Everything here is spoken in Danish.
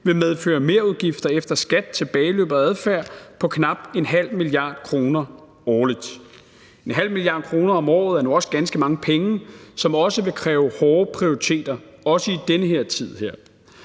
vil medføre merudgifter efter skat, tilbageløb og adfærd på knap 0,5 mia. kr. årligt. 0,5 mia. kr. om året er nu også ganske mange penge, som vil kræve hårde prioriteringer, også i den her tid.